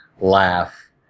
laugh